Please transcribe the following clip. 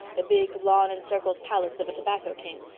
the big lawn-encircled palace of a tobacco king,